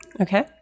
Okay